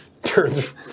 Turns